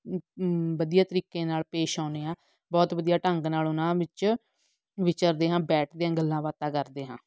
ਵਧੀਆ ਤਰੀਕੇ ਨਾਲ ਪੇਸ਼ ਆਉਂਦੇ ਹਾਂ ਬਹੁਤ ਵਧੀਆ ਢੰਗ ਨਾਲ ਉਹਨਾਂ ਵਿੱਚ ਵਿਚਰਦੇ ਹਾਂ ਬੈਠਦੇ ਹਾਂ ਗੱਲਾਂ ਬਾਤਾਂ ਕਰਦੇ ਹਾਂ